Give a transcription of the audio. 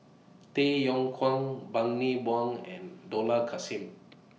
Tay Yong Kwang Bani Buang and Dollah Kassim